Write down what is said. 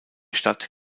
stadt